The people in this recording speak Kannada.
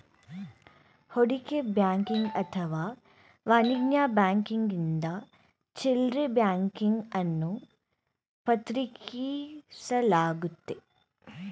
ಹೂಡಿಕೆ ಬ್ಯಾಂಕಿಂಗ್ ಅಥವಾ ವಾಣಿಜ್ಯ ಬ್ಯಾಂಕಿಂಗ್ನಿಂದ ಚಿಲ್ಡ್ರೆ ಬ್ಯಾಂಕಿಂಗ್ ಅನ್ನು ಪ್ರತ್ಯೇಕಿಸಲಾಗುತ್ತೆ